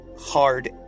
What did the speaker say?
hard